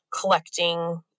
collecting